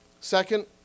Second